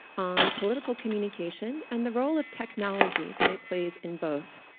on political communication, and the role of technology that it plays in both.